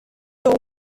این